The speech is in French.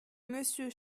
monsieur